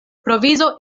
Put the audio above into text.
provizo